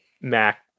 Mac